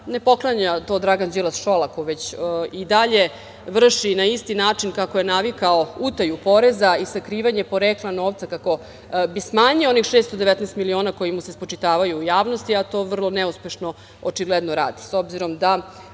ne poklanja to Dragan Đilas Šolaku, već i dalje vrši na isti način kako je navikao utaju poreza i sakrivanje porekla novca kako bi smanjio onih 619 miliona koji mu se spočitavaju u javnosti, a to vrlo neuspešno, očigledno, radi.S